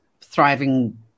thriving